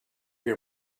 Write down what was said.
your